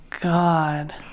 God